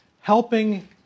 helping